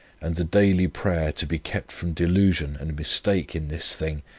and the daily prayer to be kept from delusion and mistake in this thing,